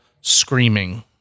screaming